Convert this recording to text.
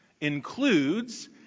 includes